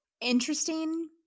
Interesting